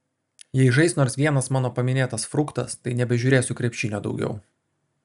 jei žais nors vienas mano paminėtas fruktas tai nebežiūrėsiu krepšinio daugiau